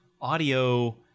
audio